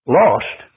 lost